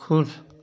खुश